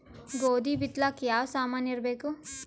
ಗೋಧಿ ಬಿತ್ತಲಾಕ ಯಾವ ಸಾಮಾನಿರಬೇಕು?